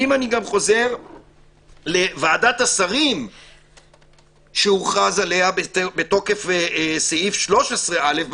אם אני גם חוזר לוועדת השרים שהוכרז עליה בתוקף סעיף 13א,